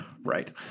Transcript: Right